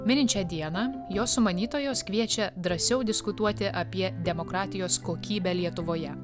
minint šią dieną jo sumanytojos kviečia drąsiau diskutuoti apie demokratijos kokybę lietuvoje